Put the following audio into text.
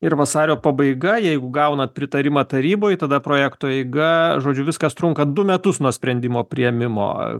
ir vasario pabaiga jeigu gaunat pritarimą taryboj tada projekto eiga žodžiu viskas trunka du metus nuo sprendimo priėmimo